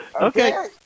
Okay